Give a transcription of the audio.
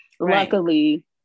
Luckily